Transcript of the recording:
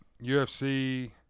UFC